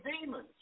demons